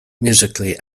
musically